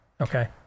Okay